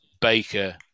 Baker